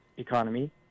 economy